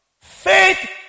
faith